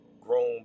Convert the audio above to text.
Grown